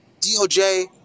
DOJ